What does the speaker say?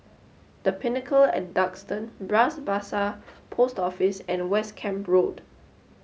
the Pinnacle at Duxton Bras Basah Post Office and West Camp Road